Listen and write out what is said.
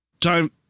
time